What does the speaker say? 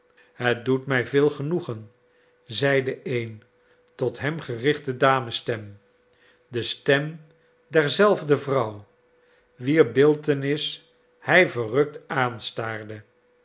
het doet mij veel genoegen zeide een tot hem gerichte damesstem de stem derzelfde vrouw wier beeltenis hij verrukt aanstaarde